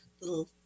little